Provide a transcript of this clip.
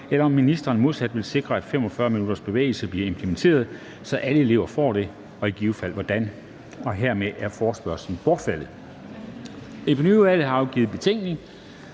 eller om ministeren modsat vil sikre, at 45 minutters bevægelse bliver implementeret, så alle elever får det, og i givet fald hvordan?« (Forespørgsel nr. F 2). Forespørgslen er hermed bortfaldet. Epidemiudvalget har afgivet: Beretning